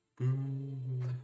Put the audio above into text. Boo